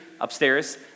upstairs